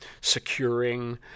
securing